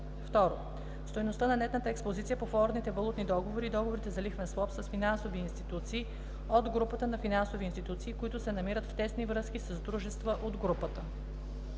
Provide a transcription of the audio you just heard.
2. стойността на нетната експозиция по форуърдните валутни договори и договорите за лихвен суап с финансови институции от групата и финансови институции, които се намират в тесни връзки с дружества от групата.